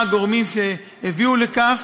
מה הגורמים שהביאו לכך.